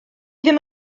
ddim